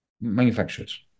manufacturers